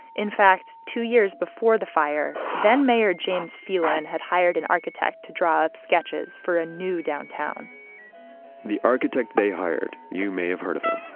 in fact, two years before the fire, then-mayor james phelan had hired an architect to drive sketches for a new downtown the architect they hired, you may have heard of him,